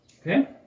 Okay